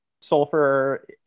Sulfur